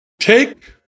take